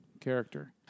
character